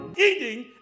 eating